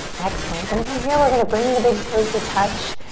excellent, then from here we're going to bring the big toes to touch.